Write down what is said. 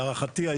להערכתי,